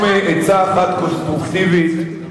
לא מצאתי בדבריך שום עצה אחת קונסטרוקטיבית,